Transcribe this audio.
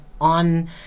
on